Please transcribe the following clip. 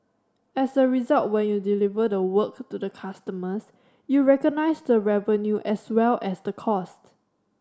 as a result when you deliver the work to the customers you recognise the revenue as well as the cost